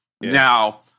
Now